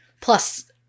Plus